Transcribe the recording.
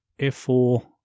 f4